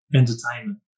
entertainment